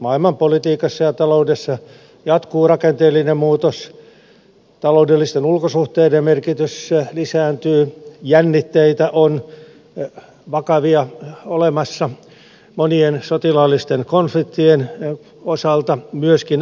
maailmanpolitiikassa ja taloudessa jatkuu rakenteellinen muutos taloudellisten ulkosuhteiden merkitys lisääntyy vakavia jännitteitä on olemassa monien sotilaallisten konfliktien osalta myöskin euroopassa